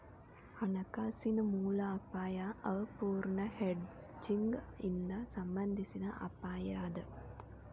ಹಣಕಾಸಿನ ಮೂಲ ಅಪಾಯಾ ಅಪೂರ್ಣ ಹೆಡ್ಜಿಂಗ್ ಇಂದಾ ಸಂಬಂಧಿಸಿದ್ ಅಪಾಯ ಅದ